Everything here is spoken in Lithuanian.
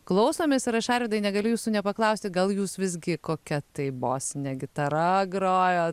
klausomės ir aš arvydai negaliu jūsų nepaklausti gal jūs visgi kokia tai bosine gitara grojot